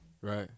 Right